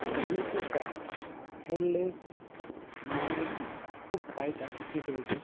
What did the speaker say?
জিন্সের প্যান্ট পরলে মানুষ খুব টাইট হয়ে যায়